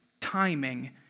timing